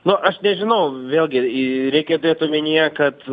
nu aš nežinau vėlgi i reikia turėt omenyje kad